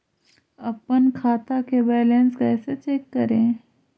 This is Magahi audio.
अपन खाता के बैलेंस कैसे चेक करे?